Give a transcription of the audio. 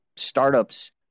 startups